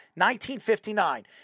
1959